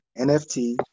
nft